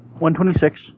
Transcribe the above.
126